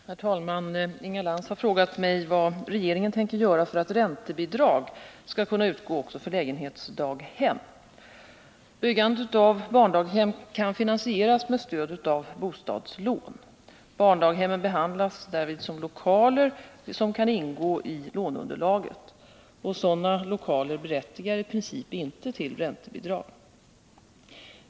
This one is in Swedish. Herr talman! Inga Lantz har frågat mig vad regeringen tänker göra för att räntebidrag skall kunna utgå också för lägenhetsdaghem. Byggandet av barndaghem kan finansieras med stöd av bostadslån. Barndaghemmen behandlas därvid som lokaler, vilka kan ingå i låneunderlaget. Sådana lokaler berättigar i princip inte till räntebidrag.